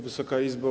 Wysoka Izbo!